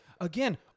again